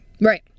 Right